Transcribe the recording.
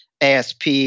ASP